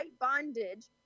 bondage